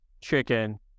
chicken